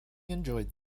enjoyed